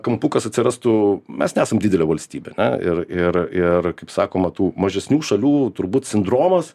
kampukas atsirastų mes nesam didelė valstybė na ir ir ir kaip sakoma tų mažesnių šalių turbūt sindromas